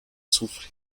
azufre